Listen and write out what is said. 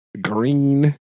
green